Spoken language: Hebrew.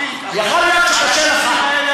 לשמוע.